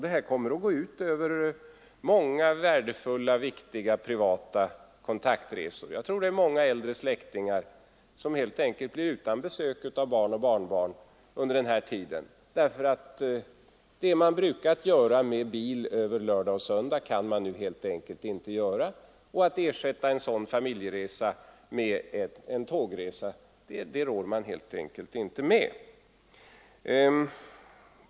Detta kommer att gå ut över många värdefulla och viktiga privata kontaktresor. Jag tror att många äldre släktingar helt enkelt blir utan besök av barn och barnbarn under den här tiden, därför att de resor man brukade göra med bil över lördag och söndag kan man inte ersätta med tågresor, det rår man helt enkelt inte med.